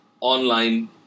online